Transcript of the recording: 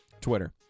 Twitter